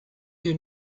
you